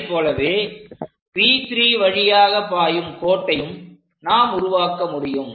அதைப்போலவே P3 வழியாகப் பாயும் கோட்டையும் நாம் உருவாக்க முடியும்